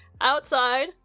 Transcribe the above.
Outside